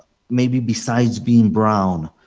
maybe besides being brown?